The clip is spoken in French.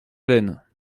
haleine